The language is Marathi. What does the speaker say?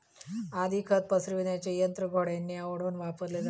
आधी खत पसरविण्याचे यंत्र घोड्यांनी ओढून वापरले जायचे